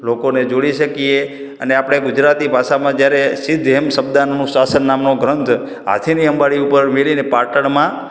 લોકોને જોડી શકીએ અને આપણે ગુજરાતી ભાષામાં જયારે સિદ્ધહેમ શબ્દાનુશાસન નામનો ગ્રંથ હાથીની અંબાડી ઉપર મૂકીને પાટણમાં